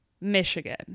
michigan